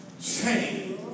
change